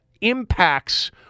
impacts